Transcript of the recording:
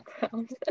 background